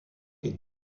est